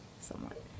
Somewhat